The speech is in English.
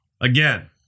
again